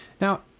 Now